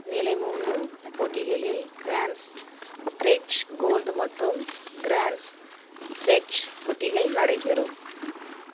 நிலை மூணு போட்டிகளில் க்ராண்ட்ஸ் ப்ரிக்ஷ் கோல்டு மற்றும் க்ராண்ட்ஸ் ஃப்ரிக்ஷ் போட்டிகள் நடைபெறும்